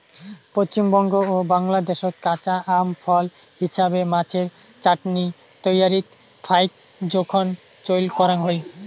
পশ্চিমবঙ্গ ও বাংলাদ্যাশত কাঁচা আম ফল হিছাবে, মাছের চাটনি তৈয়ারীত ফাইক জোখন চইল করাং হই